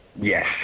Yes